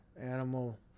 animal